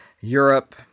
Europe